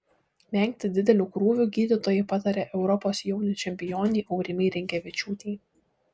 vengti didelių krūvių gydytojai patarė europos jaunių čempionei aurimei rinkevičiūtei